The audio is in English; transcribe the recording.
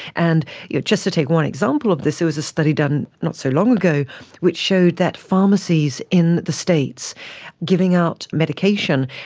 and yeah just to take one example of this, there was a study done not so long ago which showed that pharmacies in the states giving out medication,